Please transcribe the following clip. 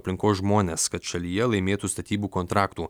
aplinkos žmones kad šalyje laimėtų statybų kontraktų